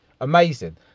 Amazing